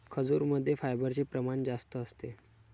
खजूरमध्ये फायबरचे प्रमाण जास्त असते